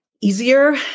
easier